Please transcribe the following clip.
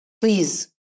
Please